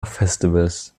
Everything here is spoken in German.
festivals